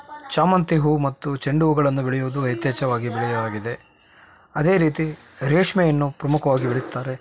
ಚಾಮಂತಿ ಹೂವು ಮತ್ತು ಚೆಂಡು ಹೂವುಗಳನ್ನು ಬೆಳೆಯುವುದು ಯಥೇಚ್ಚವಾಗಿ ಬೆಳೆಯವಾಗಿದೆ ಅದೇ ರೀತಿ ರೇಷ್ಮೆಯನ್ನು ಪ್ರಮುಖವಾಗಿ ಬೆಳೆಯುತ್ತಾರೆ